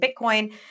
Bitcoin